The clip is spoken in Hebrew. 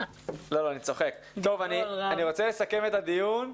אני רוצה לסכם את הדיון.